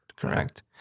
Correct